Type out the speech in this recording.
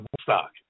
stock